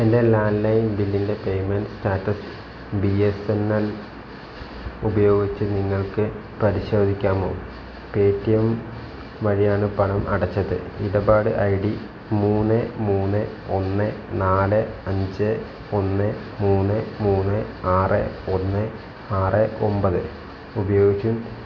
എൻ്റെ ലാൻലൈൻ ബില്ലിന്റെ payment status B S N L ഉപയോഗിച്ചു നിങ്ങൾക്ക് പരിശോധിക്കാമോ പേടിഎം വഴിയാണ് പണം അടച്ചത് ഇടപാട് ഐ ഡി മൂന്ന് മൂന്ന് ഒന്ന് നാല് അഞ്ച് ഒന്ന് മൂന്ന് മൂന്ന് ആറ് ഒന്ന് ആറ് ഒമ്പത് ഉപയോഗിച്ചും